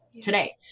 today